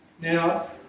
Now